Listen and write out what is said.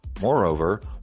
Moreover